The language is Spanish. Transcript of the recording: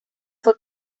fue